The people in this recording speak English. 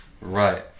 Right